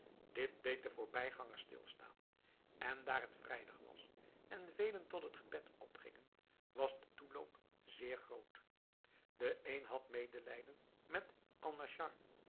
dit deed de voorbijgangers stilstaan en daar het vrijdag was en velen tot het gebed opgingen was de toeloop zeer groot de een had medelijden met alnaschar